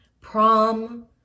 prom